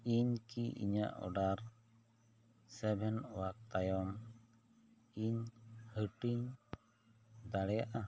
ᱤᱧ ᱠᱤ ᱤᱧᱟᱹᱜ ᱚᱰᱟᱨ ᱥᱮᱵᱷᱮᱱ ᱳᱣᱟᱱ ᱛᱟᱭᱚᱢ ᱤᱧ ᱦᱟᱹᱴᱤᱧ ᱫᱟᱲᱮᱭᱟᱜᱼᱟ